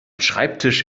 schreibtisch